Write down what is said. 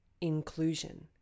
inclusion